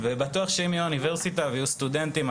ובטוח שאם תהיה אוניברסיטה ויהיו סטודנטים,